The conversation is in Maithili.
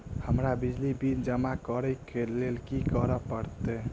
हमरा बिजली बिल जमा करऽ केँ लेल की करऽ पड़त?